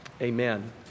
Amen